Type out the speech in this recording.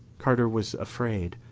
carter was afraid,